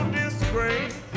disgrace